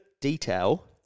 detail